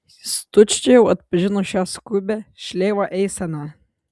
jis tučtuojau atpažino šią skubią šleivą eiseną